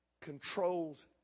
controls